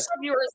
viewers